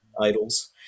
idols